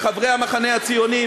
מחברי המחנה הציוני,